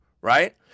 right